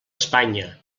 espanya